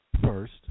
first